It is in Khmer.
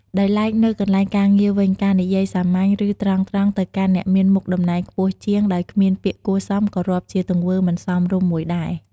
ដោយឡែកនៅកន្លែងការងារវិញ ការនិយាយសាមញ្ញ ឬ ត្រង់ៗ ទៅកាន់អ្នកមានមុខតំណែងខ្ពស់ជាងដោយគ្មានពាក្យគួរសមក៏រាប់ជាទង្វើមិនសមរម្យមួយដែរ។